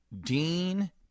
Dean